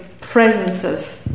presences